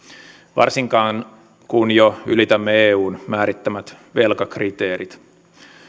varsinkaan kun jo ylitämme eun määrittämät velkakriteerit